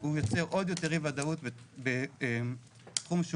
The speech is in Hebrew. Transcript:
הוא יוצר עוד יותר אי ודאות בתחום שהוא